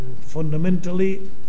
fundamentally